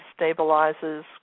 stabilizes